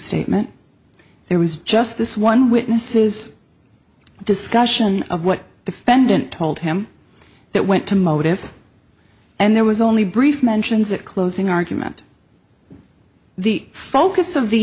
statement there was just this one witnesses discussion of what defendant told him that went to motive and there was only brief mentions a closing argument the focus of the